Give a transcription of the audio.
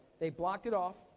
they blocked it off,